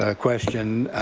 ah question.